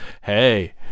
hey